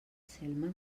selma